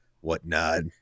whatnot